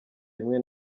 rimwe